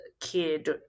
kid